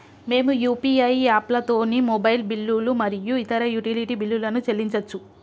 మేము యూ.పీ.ఐ యాప్లతోని మొబైల్ బిల్లులు మరియు ఇతర యుటిలిటీ బిల్లులను చెల్లించచ్చు